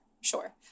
sure